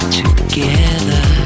together